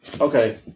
Okay